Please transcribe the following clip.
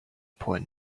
point